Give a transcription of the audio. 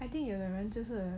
I think 有的人就是